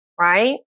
Right